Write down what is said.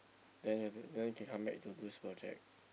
then you can then you can come back to do this project